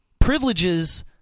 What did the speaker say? privileges